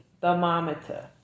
thermometer